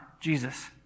Jesus